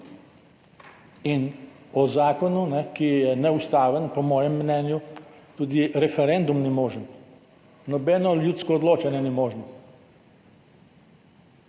O zakonu, ki je neustaven, po mojem mnenju tudi referendum ni možen, nobeno ljudsko odločanje ni možno.